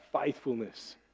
faithfulness